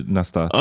nästa